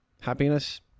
happiness